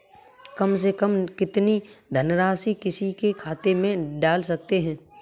कम से कम कितनी धनराशि किसी के खाते में डाल सकते हैं?